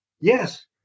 Yes